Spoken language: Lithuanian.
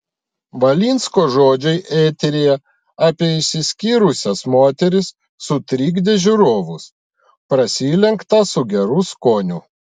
valinsko žodžiai eteryje apie išsiskyrusias moteris sutrikdė žiūrovus prasilenkta su geru skoniu